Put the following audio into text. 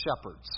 shepherds